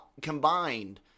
combined